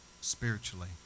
spiritually